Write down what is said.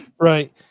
right